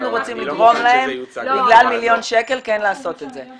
אנחנו רוצים לגרום להם בגלל מיליון שקל כן לעשות את זה.